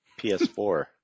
PS4